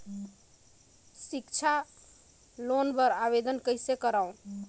सिक्छा लोन बर आवेदन कइसे करव?